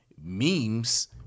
memes